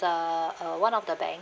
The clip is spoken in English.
the uh one of the bank